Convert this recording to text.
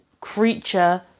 creature